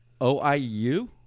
O-I-U